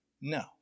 No